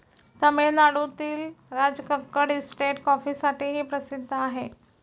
तामिळनाडूतील राजकक्कड इस्टेट कॉफीसाठीही प्रसिद्ध आहे